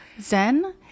Zen